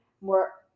more